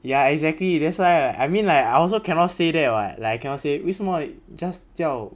ya exactly that's why I mean like I also cannot say that [what] like I cannot say 为什么 just 叫